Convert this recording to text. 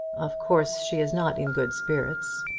of course she is not in good spirits.